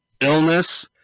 illness